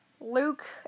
Luke